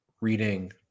reading